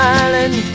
island